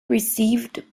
received